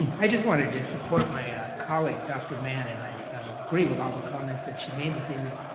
i just wanted to support my ah colleague dr. mann and i agree with all the comments that she made this evening.